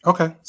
Okay